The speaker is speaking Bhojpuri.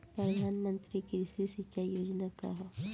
प्रधानमंत्री कृषि सिंचाई योजना का ह?